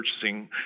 purchasing